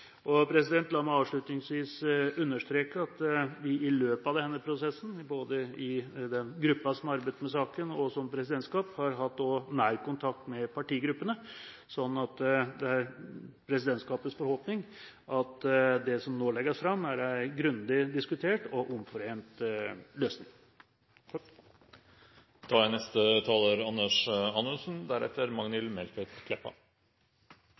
La meg avslutningsvis understreke at vi i løpet av denne prosessen, både i den gruppen som har arbeidet med saken, og som presidentskap, også har hatt nær kontakt med partigruppene. Det er presidentskapets forhåpning at det som nå legges fram, er en grundig diskutert og omforent løsning.